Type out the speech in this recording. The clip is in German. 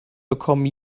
bekommen